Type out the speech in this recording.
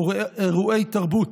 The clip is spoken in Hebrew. אירועי תרבות,